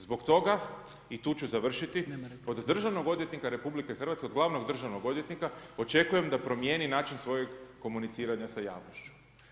Zbog toga i tu ću završiti, od državnog odvjetnika RH, od glavnog državnog odvjetnika očekujem da promijeni način svojeg komuniciranja sa javnošću.